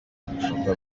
bifata